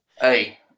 Hey